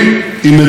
ואני חייב להגיד לכם,